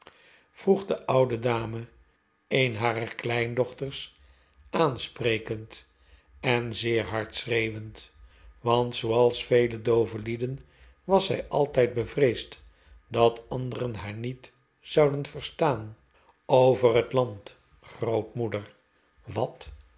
vroeg de een genoeglijke avond oudo dame een harer kleindochters aansprekend en zeer hard schreeuwend want zooals vele doove lieden was zij altijd bevreesd dat anderen haar niet zouden verstaan over het land grootmoeder wat